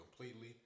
completely